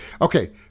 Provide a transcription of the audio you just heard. Okay